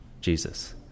Jesus